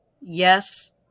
Yes